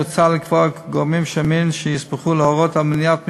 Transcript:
מוצע לקבוע גורמים שונים שיוסמכו להורות על מניעת מפגש,